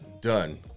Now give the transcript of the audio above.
Done